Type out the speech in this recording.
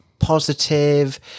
Positive